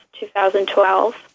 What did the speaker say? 2012